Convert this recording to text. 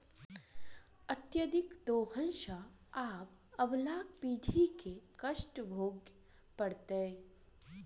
अत्यधिक दोहन सँ आबअबला पीढ़ी के कष्ट भोगय पड़तै